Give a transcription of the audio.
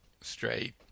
straight